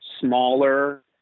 smaller